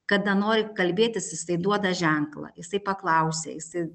kada nori kalbėtis jisai duoda ženklą jisai paklausia jisai